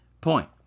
point